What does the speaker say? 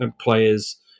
players